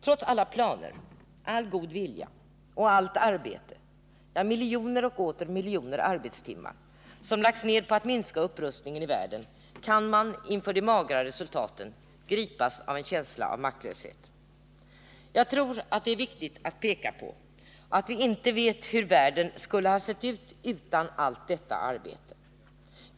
Trots alla planer, all god vilja och allt arbete — miljoner och åter miljoner arbetstimmar — som lagts ned på att minska upprustningen i världen kan man inför de magra resultaten gripas av en känsla av maktlöshet. Jag tror att det då är viktigt att peka på att vi inte vet hur världen skulle ha sett ut utan allt detta arbete.